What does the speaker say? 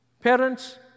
Parents